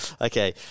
Okay